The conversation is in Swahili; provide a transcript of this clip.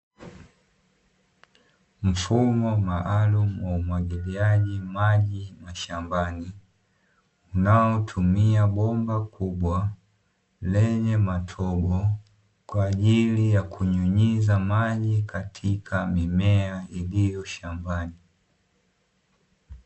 Mfumo maalumu wa umwagiliaji maji mashambani, unaotumia bomba kubwa lenye matobo, kwa ajili ya kunyunyiza maji katika mimea iliyo shambani.